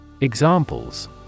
Examples